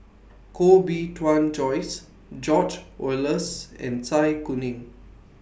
Koh Bee Tuan Joyce George Oehlers and Zai Kuning